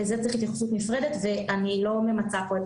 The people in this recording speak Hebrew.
לזה צריך התייחסות נפרדת ואני לא ממצה פה את